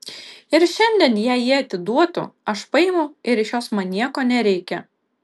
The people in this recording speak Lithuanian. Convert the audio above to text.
ir šiandien jei ji atiduotų aš paimu ir iš jos man nieko nereikia